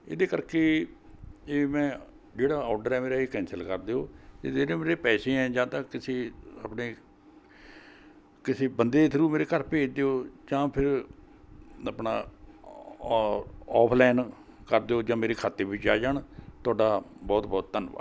ਇਹਦੇ ਕਰਕੇ ਜੇ ਮੈਂ ਜਿਹੜਾ ਔਡਰ ਹੈ ਮੇਰਾ ਇਹ ਕੈਂਸਲ ਕਰ ਦਿਓ ਜਿਹੜੇ ਮੇਰੇ ਪੈਸੇ ਐਂ ਜਾਂ ਤਾਂ ਕਿਸੇ ਆਪਣੇ ਕਿਸੇ ਬੰਦੇ ਥਰੂ ਮੇਰੇ ਘਰ ਭੇਜ ਦਿਓ ਜਾਂ ਫਿਰ ਆਪਣਾ ਔ ਔਫਲਾਈਨ ਕਰ ਦਿਓ ਜਾਂ ਮੇਰੇ ਖਾਤੇ ਵਿੱਚ ਆ ਜਾਣ ਤੁਹਾਡਾ ਬਹੁਤ ਬਹੁਤ ਧੰਨਵਾਦ